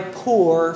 poor